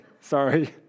sorry